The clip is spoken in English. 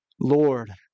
Lord